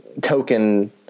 token